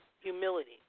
Humility